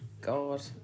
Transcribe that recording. God